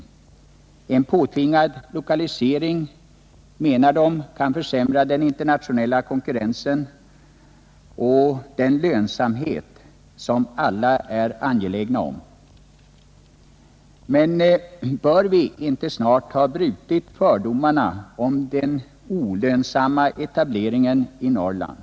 De menar att en påtvingad lokalisering kan försämra den internationella konkurrenskraften och den lönsamhet som alla är angelägna om. Men bör vi inte snart ha brutit fördomarna när det gäller den olönsamma etableringen i Norrland?